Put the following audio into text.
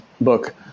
book